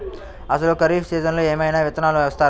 అసలు ఖరీఫ్ సీజన్లో ఏమయినా విత్తనాలు ఇస్తారా?